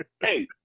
Hey